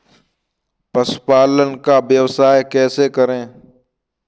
पशुपालन का व्यवसाय कैसे करें?